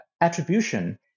attribution